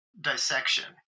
dissection